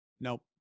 Nope